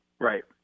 Right